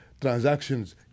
transactions